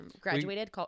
graduated